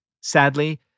Sadly